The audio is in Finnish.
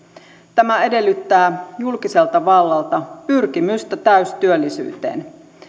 tämä edellyttää julkiselta vallalta pyrkimystä täystyöllisyyteen